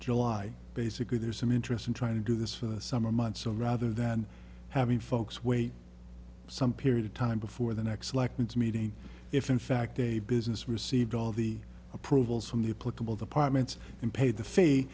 july basically there's some interest in trying to do this in the summer months so rather than having folks wait some period of time before the next elections meeting if in fact a business received all the approvals from the political departments and pay the fee